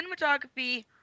Cinematography